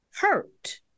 hurt